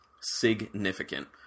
significant